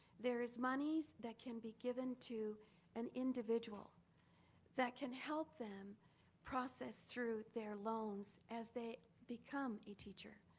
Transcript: there is monies that can be given to an individual that can help them process through their loans as they become a teacher.